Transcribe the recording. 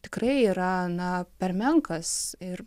tikrai yra na per menkas ir